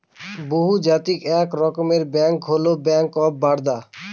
বহুজাতিক এক রকমের ব্যাঙ্ক হল ব্যাঙ্ক অফ বারদা